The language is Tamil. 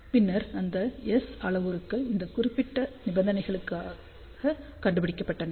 பின்னர் அந்த S அளவுருக்கள் இந்த குறிப்பிட்ட நிபந்தனைகளுக்காக கண்டுபிடிக்கப்பட்டன